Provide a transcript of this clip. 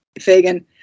Fagin